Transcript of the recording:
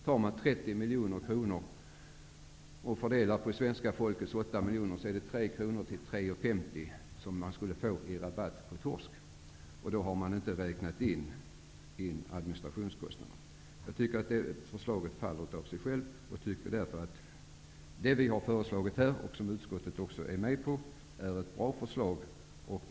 Tar man 30 miljoner kronor och fördelar på 8 miljoner svenskar blir det 3:00--3:50 kr per svensk i rabatt på torsk. Då har man inte räknat in administrationskostnaderna. Jag tycker att detta förslag faller av sig självt. Det vi har föreslagit, och som utskottet också är med på, är bra.